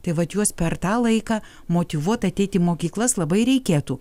tai vat juos per tą laiką motyvuot ateit į mokyklas labai reikėtų